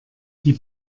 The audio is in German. die